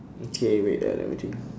okay wait ah let me think